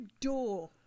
door